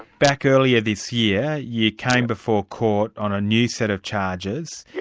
back earlier this year you came before court on a new set of charges, yeah